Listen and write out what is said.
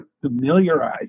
familiarize